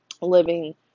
living